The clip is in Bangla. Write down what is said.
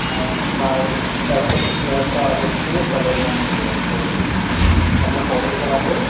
ম্যাম আপনার এক সপ্তাহ আগের দিয়ে তাহলে ম্যাম বলে রাখতে হবে আপনার ক তারিখে লাগবে